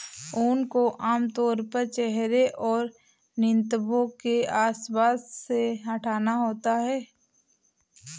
ऊन को आमतौर पर चेहरे और नितंबों के आसपास से हटाना होता है